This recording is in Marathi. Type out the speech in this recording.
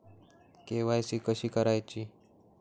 के.वाय.सी कशी करायची?